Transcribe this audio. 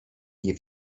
nie